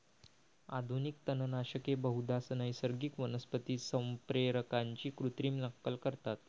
आधुनिक तणनाशके बहुधा नैसर्गिक वनस्पती संप्रेरकांची कृत्रिम नक्कल करतात